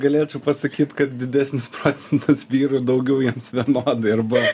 galėčiau pasakyt kad didesnis procentas vyrų daugiau jiems vienodai arba